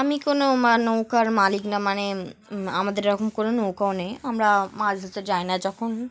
আমি কোনো মা নৌকার মালিক না মানে আমাদের এরকম কোনো নৌকাও নেই আমরা মাছ ধরতে যাই না যখন